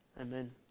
Amen